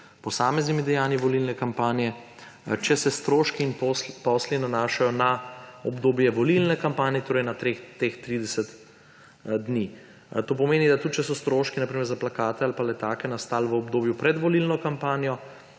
posameznimi dejanji volilne kampanje, če se stroški in posli nanašajo na obdobje volilne kampanje, torej na teh 30 dni. To pomeni, da tudi če so stroški na primer za plakate ali letake nastali v obdobju pred volilno kampanjo,